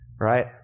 Right